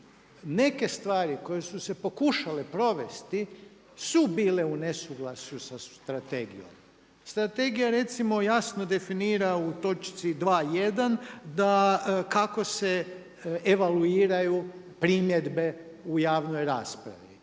neke stvari koje su se pokušale provesti su bile u nesuglasju sa strategijom. Strategija recimo jasno definira u točci 2.1 da kako se evaluiraju primjedbe u javnoj raspravi.